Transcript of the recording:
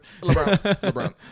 LeBron